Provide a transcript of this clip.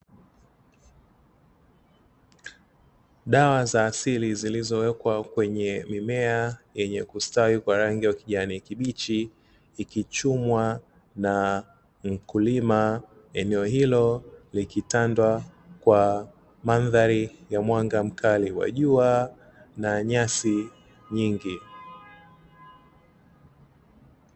Dawa za asili zilizowekwa kwenye mimea yenye kustawi kwa rangi ya ukijani kibichi ikichumwa na mkulima eneo hilo likitandwa kwa mandhari ya mwanga mkali wa jua na nyasi nyingi.